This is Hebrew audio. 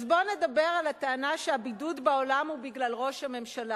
אז בואו נדבר על הטענה שהבידוד בעולם הוא בגלל ראש הממשלה.